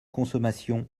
consommation